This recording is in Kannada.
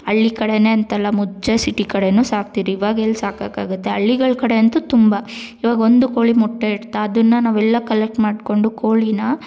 ಹಳ್ಳಿ ಕಡೆ ಅಂತಲ್ಲ ಮುಂಚೆ ಸಿಟಿ ಕಡೆ ಸಾಕ್ತಿರಿ ಇವಾಗ ಎಲ್ಲಿ ಸಾಕೋಕಾಗತ್ತೆ ಹಳ್ಳಿಗಳ್ ಕಡೆ ಅಂತೂ ತುಂಬ ಇವಾಗ ಒಂದು ಕೋಳಿ ಮೊಟ್ಟೆ ಇಡ್ತಾ ಅದನ್ನು ನಾವೆಲ್ಲ ಕಲೆಕ್ಟ್ ಮಾಡಿಕೊಂಡು ಕೋಳಿನ